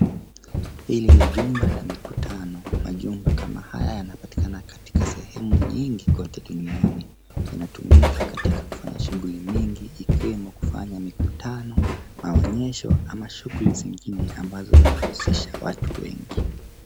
Hili ni jumba la mikutano. Majumba kama haya yanapatikana katika sehemu nyingi kote duniani. Inatumika katika kufanya shughuli nyingi ikiwemo kufanya mikutano, maonyesho ama shughuli nyingine ambazo zinahusisha watu wengi.